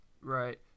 Right